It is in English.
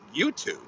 youtube